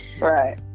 right